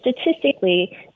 statistically